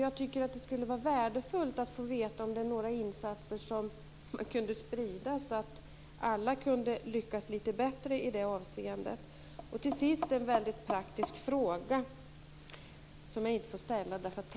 Jag tycker att det skulle vara värdefullt att få veta om det är några insatser som man kunde sprida så att alla kunde lyckas lite bättre i det avseendet.